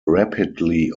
rapidly